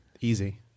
easy